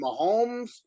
Mahomes